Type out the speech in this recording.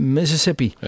Mississippi